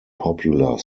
popular